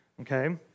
okay